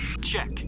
Check